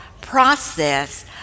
process